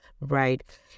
right